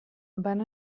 van